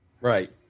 Right